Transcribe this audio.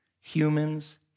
Humans